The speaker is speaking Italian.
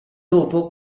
dopo